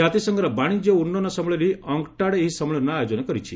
ଜାତିସଂଘର ବାଣିଜ୍ୟ ଓ ଉନ୍ନୟନ ସମ୍ମିଳନୀ ଅଙ୍କ୍ଟାଡ଼୍ ଏହି ସମ୍ମିଳନୀର ଆୟୋଜନ କରିଛି